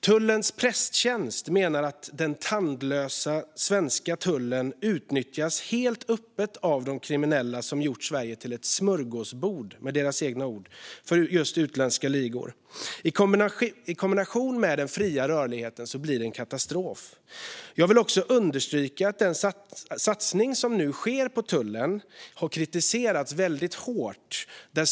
Tullens presstjänst menar att den tandlösa svenska tullen utnyttjas helt öppet av de kriminella, vilket gjort Sverige till ett smörgåsbord för utländska ligor. I kombination med den fria rörligheten blir det katastrof. Jag vill också understryka att den satsning som nu sker på tullen har kritiserats hårt.